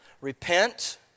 Repent